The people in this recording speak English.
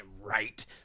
right